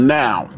now